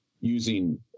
using